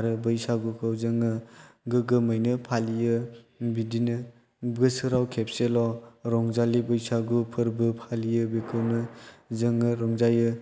आरो बैसागुखौ जोङो गोग्गोमैनो फालियो बिब्दिनो बोसोराव खेबसेल' रंजालि बैसागु फोरबो फालियो बेखौनो जोङो रंजायो